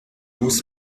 bus